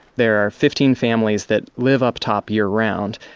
there are fifteen families that live up top year round,